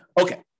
Okay